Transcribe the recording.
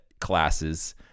classes